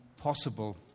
possible